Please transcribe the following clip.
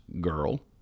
girl